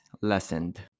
lessened